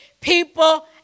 people